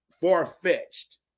far-fetched